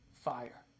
fire